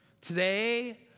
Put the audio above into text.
Today